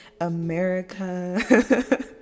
America